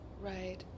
Right